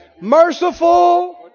merciful